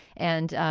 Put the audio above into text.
and,